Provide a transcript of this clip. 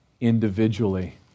individually